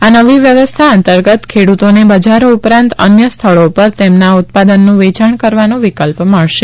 આ નવી વ્યવસ્થા અંતર્ગત ખેડૂતોને બજારો ઉપરાંત અન્ય સ્થળો પર તેમના ઉત્પાદનનું વેચાણ કરવાનો વિકલ્પ મળશે